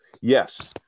yes